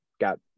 got